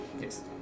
Yes